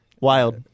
Wild